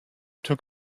took